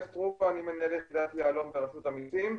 אני מנהל יחידת יהלום ברשות המסים,